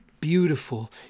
beautiful